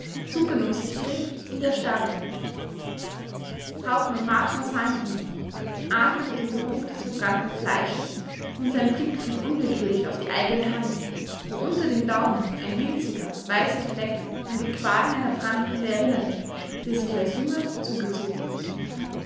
zuckend um sich griff und erstarrte hauptmann marschner sah ihn liegen atmete den geruch des verbrannten fleisches und sein blick fiel unwillkürlich auf die eigene hand wo unter dem daumen ein winziger weißer fleck an die qualen einer brandwunde erinnerte die er sich als junge zugezogen